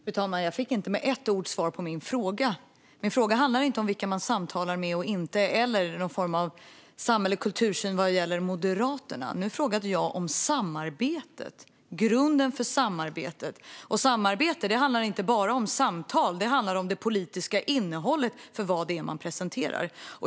Fru talman! Jag fick inte med ett enda ord svar på min fråga. Frågan handlade inte om vilka man samtalar med eller inte eller om någon form av samhällelig kultursyn vad gäller Moderaterna. Jag frågade om samarbetet och grunden för samarbetet. Samarbete handlar inte bara om samtal, utan det handlar om det politiska innehållet i vad det är man presenterar.